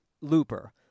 Looper